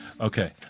Okay